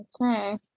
Okay